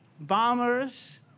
bombers